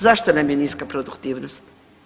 Zašto nam je niska produktivnost?